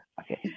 Okay